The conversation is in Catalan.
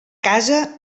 casa